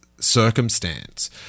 circumstance